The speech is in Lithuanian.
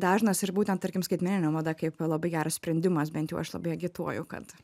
dažnas ir būtent tarkim skaitmeninė mada kaip labai geras sprendimas bent jau aš labai agituoju kad